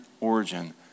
origin